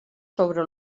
sobre